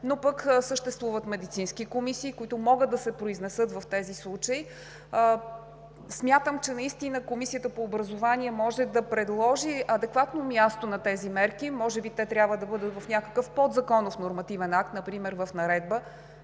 но пък съществуват медицински комисии, които могат да се произнесат в тези случаи. Смятам, че наистина Комисията по образование може да предложи адекватно място на тези мерки. Може би те трябва да бъдат в някакъв подзаконов нормативен акт, например в наредба,